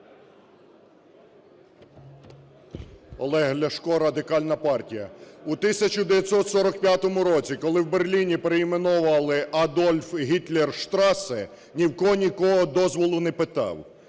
Олег Ляшко, Радикальна партія. У 1945 році, коли в Берліні перейменовували Адольф Гітлер Штрассе, ніхто ні в кого дозволу не питав,